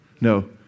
No